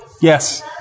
Yes